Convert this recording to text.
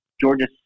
Georgia